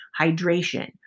hydration